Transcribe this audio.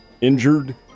Injured